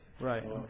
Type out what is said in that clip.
Right